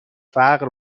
فقر